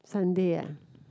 Sunday uh